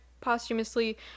posthumously